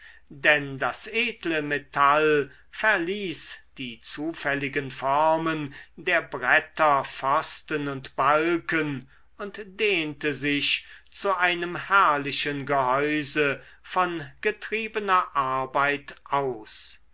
denn das edle metall verließ die zufälligen formen der bretter pfosten und balken und dehnte sich zu einem herrlichen gehäuse von getriebener arbeit aus